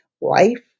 life